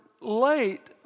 late